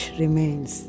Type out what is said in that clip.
remains